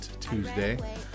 Tuesday